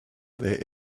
they